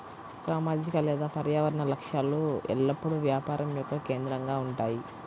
సామాజిక లేదా పర్యావరణ లక్ష్యాలు ఎల్లప్పుడూ వ్యాపారం యొక్క కేంద్రంగా ఉంటాయి